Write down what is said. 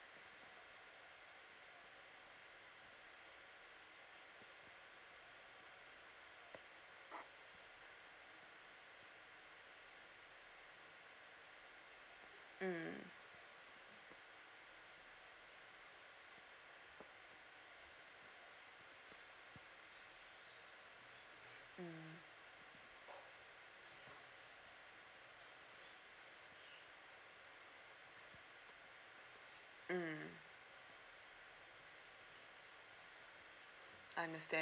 mm mm mm understand